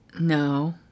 No